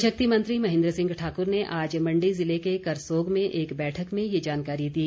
जल शक्ति मंत्री महेन्द्र सिंह ठाक्र ने आज मण्डी जिले के करसोग में एक बैठक में ये जानकारी दी